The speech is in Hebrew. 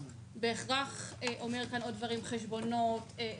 בהכרח אומר כאן עוד דברים: חשבונות,